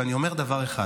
ואני אומר דבר אחד: